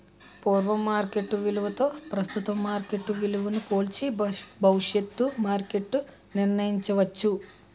పూర్వ మార్కెట్ విలువతో ప్రస్తుతం మార్కెట్ విలువను పోల్చి భవిష్యత్తు మార్కెట్ నిర్ణయించవచ్చు